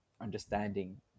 understanding